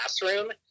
classroom